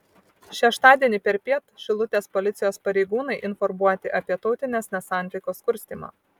šeštadienį perpiet šilutės policijos pareigūnai informuoti apie tautinės nesantaikos kurstymą